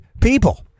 people